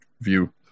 view